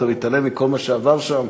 אתה מתעלם מכל מה שעבר שם,